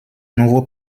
nouveaux